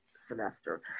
semester